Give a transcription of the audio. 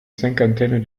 cinquantaine